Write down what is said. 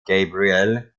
gabriel